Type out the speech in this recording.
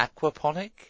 Aquaponic